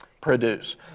produce